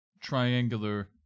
triangular